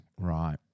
Right